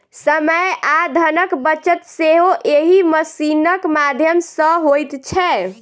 समय आ धनक बचत सेहो एहि मशीनक माध्यम सॅ होइत छै